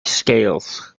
scales